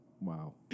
Wow